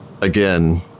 Again